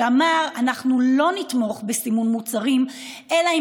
שאמר: אנחנו לא נתמוך בסימון מוצרים אלא אם